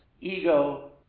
ego